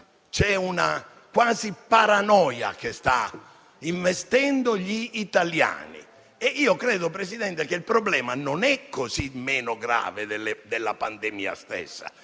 C'è quasi una paranoia che sta investendo gli italiani. Credo, Presidente, che il problema non è così meno grave della pandemia, perché